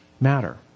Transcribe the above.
matter